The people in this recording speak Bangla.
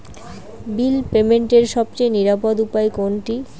বিল পেমেন্টের সবচেয়ে নিরাপদ উপায় কোনটি?